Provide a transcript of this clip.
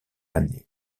année